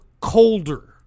colder